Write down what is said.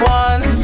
one